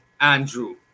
Andrew